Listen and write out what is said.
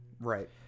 right